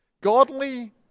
Godly